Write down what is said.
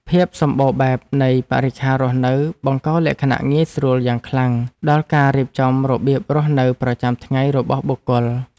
ភាពសម្បូរបែបនៃបរិក្ខាររស់នៅបង្កលក្ខណៈងាយស្រួលយ៉ាងខ្លាំងដល់ការរៀបចំរបៀបរស់នៅប្រចាំថ្ងៃរបស់បុគ្គល។